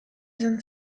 izan